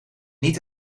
niet